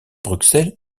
bruxelles